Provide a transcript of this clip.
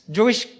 Jewish